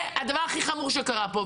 זה הדבר הכי החמור שקרה פה.